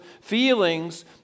feelings